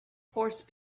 horse